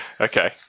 Okay